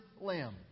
lamb